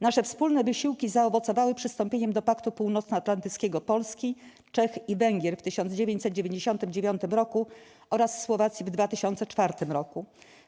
Nasze wspólne wysiłki zaowocowały przystąpieniem do Paktu Północnoatlantyckiego Polski, Czech i Węgier w 1999 r. oraz Słowacji w 2004 r.